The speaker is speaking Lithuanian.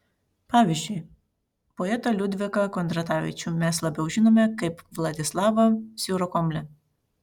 pavyzdžiui poetą liudviką kondratavičių mes labiau žinome kaip vladislavą sirokomlę